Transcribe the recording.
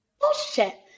Bullshit